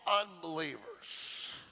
unbelievers